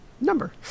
number